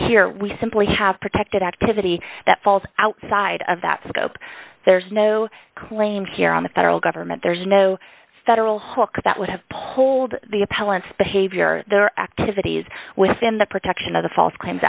here we simply have protected activity that falls outside of that scope there's no claim here on the federal government there's no federal hook that would have polled the appellant's behavior their activities within the protection of the false claims